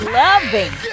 loving